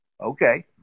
Okay